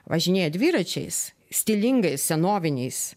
važinėja dviračiais stilingais senoviniais